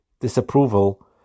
disapproval